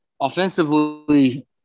offensively